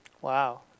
Wow